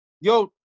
yo